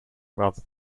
rather